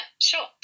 sure